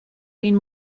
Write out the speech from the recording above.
been